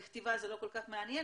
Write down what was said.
בכתיבה זה לא כל כך מעניין,